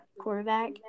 quarterback